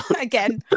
Again